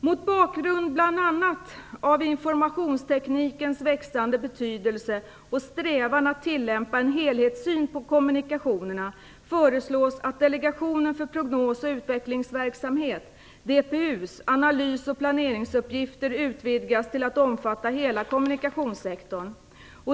Mot bakgrund bl.a. av informationsteknikens växande betydelse och strävan att tillämpa en helhetssyn på kommunikationerna föreslås att DPU:s, Delegationen för prognos och utvecklingsverksamhet, analys och planeringsuppgifter utvidgas till att omfatta hela kommunikationssektorn.